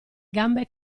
gambe